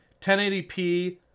1080p